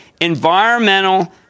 environmental